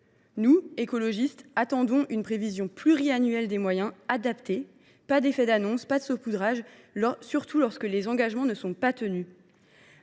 Nous, écologistes, attendons une prévision pluriannuelle des moyens adaptée, pas des effets d’annonce, pas du saupoudrage – surtout lorsque les engagements ne sont pas tenus.